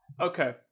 Okay